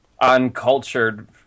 uncultured